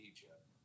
Egypt